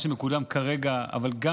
מה שמקודם כרגע, גם